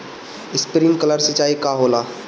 Sprinkler सिंचाई का होला?